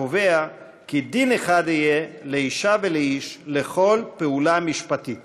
הקובע כי דין אחד יהיה לאישה ולאיש בכל פעולה משפטית